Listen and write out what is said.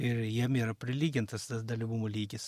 ir jiem yra prilygintas tas dalyvumo lygis